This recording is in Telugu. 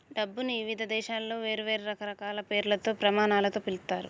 డబ్బుని ఇవిధ దేశాలలో వేర్వేరు రకాల పేర్లతో, ప్రమాణాలతో పిలుత్తారు